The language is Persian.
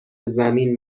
زمین